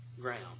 ground